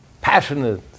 passionate